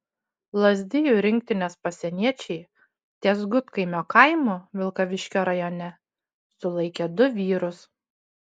lazdijų rinktinės pasieniečiai ties gudkaimio kaimu vilkaviškio rajone sulaikė du vyrus